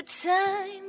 Time